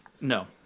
no